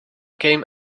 came